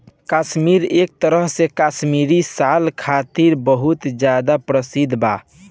काश्मीर एक तरह से काश्मीरी साल खातिर बहुत ज्यादा प्रसिद्ध बा